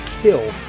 kill